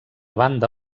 banda